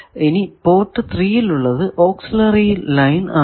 ഈ പോർട്ട് 3 ൽ ഉള്ളത് ഓക്സിലറി ലൈൻ ആണ്